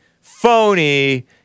phony